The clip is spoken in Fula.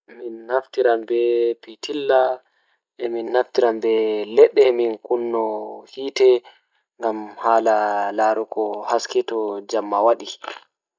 Mi naftiran e pitiiɗa nden mi naftiran e leɗɗe ngam kunno hiite ngam laarugo haske to jemma waɗi.